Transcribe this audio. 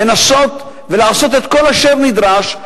לנסות ולעשות את כל אשר נדרש,